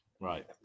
right